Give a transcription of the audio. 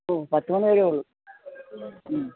ഓ പത്തു മണി വരെയേ ഉള്ളൂ മ്